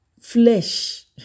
Flesh